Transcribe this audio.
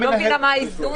אני לא מבינה מה האיזון פה.